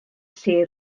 lle